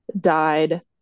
died